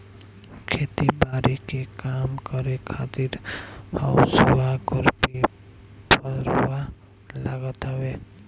खेती बारी के काम करे खातिर हसुआ, खुरपी, फरुहा लागत हवे